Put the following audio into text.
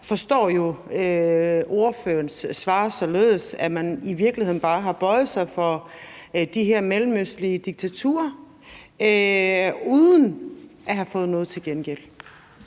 forstår ordførerens svar således, at man i virkeligheden bare har bøjet sig for de her mellemøstlige diktaturer uden at have fået noget til gengæld.